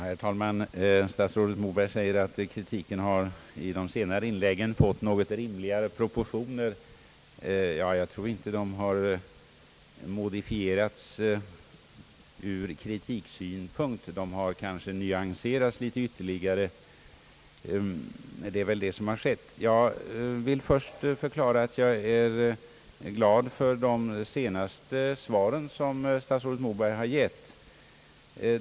Herr talman! Statsrådet Moberg säger att kritiken i de senare inläggen har fått något rimligare proportioner. Ja, jag tror inte att inläggen har modifierats ur kritiksynpunkt — kanske har de nyanserats litet ytterligare. Jag vill först säga att jag är glad för de senaste svaren som statsrådet Moberg gett.